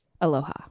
Aloha